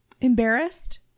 embarrassed